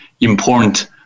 important